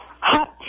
Hot